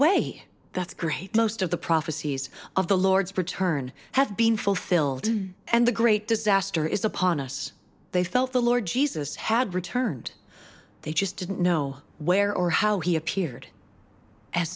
way that's great most of the prophecies of the lord's return have been fulfilled and the great disaster is upon us they felt the lord jesus had returned they just didn't know where or how he appeared as